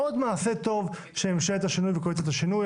עוד מעשה טוב של ממשלת השינוי וקואליציית השינוי.